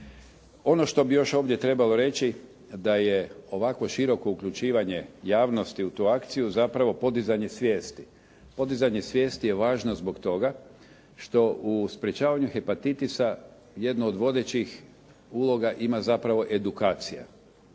Ono što bi još ovdje trebalo reći da je ovako široko uključivanje javnosti u tu akciju zapravo podizanje svijesti. Podizanje svijesti je važno zbog toga što u sprječavanju hepatitisa jedno od vodećih uloga ima zapravo edukacija.